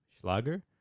Schlager